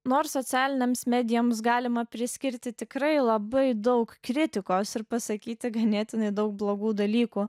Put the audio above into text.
nors socialinėms medijoms galima priskirti tikrai labai daug kritikos ir pasakyti ganėtinai daug blogų dalykų